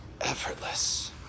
effortless